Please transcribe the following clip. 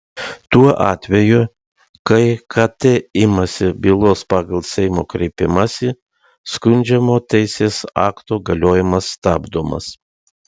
tuo atveju kai kt imasi bylos pagal seimo kreipimąsi skundžiamo teisės akto galiojimas stabdomas